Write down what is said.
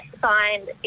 find